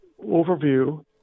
overview